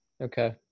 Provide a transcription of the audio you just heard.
Okay